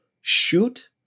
shoot